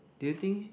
do you think